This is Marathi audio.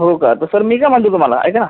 हो का तर सर मी काय म्हणतो तुम्हाला ऐका ना